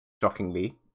shockingly